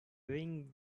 wing